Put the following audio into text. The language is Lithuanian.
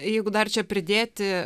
jeigu dar čia pridėti